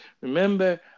Remember